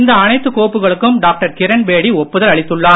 இந்த அனைத்து கோப்புகளுக்கும் டாக்டர் கிரண்பேடி ஒப்புதல் அளித்துள்ளார்